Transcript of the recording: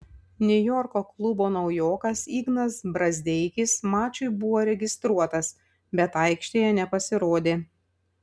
niujorko klubo naujokas ignas brazdeikis mačui buvo registruotas bet aikštėje nepasirodė